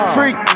Freak